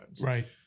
Right